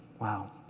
Wow